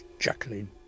Jacqueline